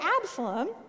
Absalom